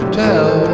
tell